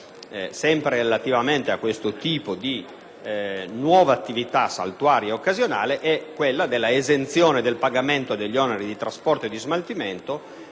sempre relativamente a questo tipo di nuova attività saltuaria o occasionale, è quella della esenzione dal pagamento degli oneri di trasporto e di smaltimento